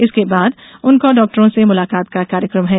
इसके बाद उनका डॉक्टरों से मुलाकात का कार्यक्रम है